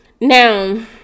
now